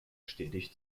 stetig